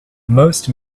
most